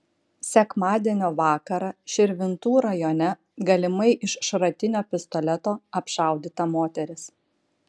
sekmadienio vakarą širvintų rajone galimai iš šratinio pistoleto apšaudyta moteris